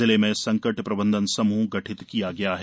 जिले में संकट प्रबंधन समूह गठित किया गया है